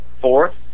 Fourth